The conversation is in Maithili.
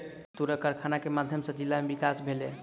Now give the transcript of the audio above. तूरक कारखाना के माध्यम सॅ जिला में विकास भेलै